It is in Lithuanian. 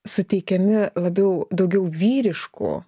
suteikiami labiau daugiau vyriškų